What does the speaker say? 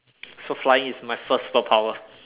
so flying is my first superpower